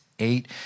eight